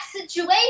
situation